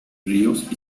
ríos